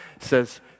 says